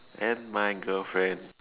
and my girlfriend